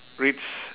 reads